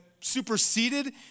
superseded